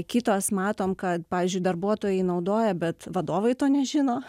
kitos matom kad pavyzdžiui darbuotojai naudoja bet vadovai to nežino